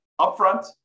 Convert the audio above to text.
upfront